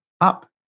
up